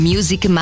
Music